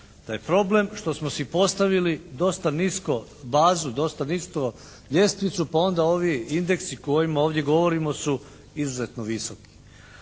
da je problem što smo si postavili dosta nisko bazu, dosta nisko ljestvicu pa onda ovi indeksi o kojima ovdje govorimo su izuzetno visoki.